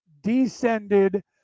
descended